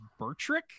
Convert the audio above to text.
bertrick